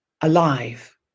alive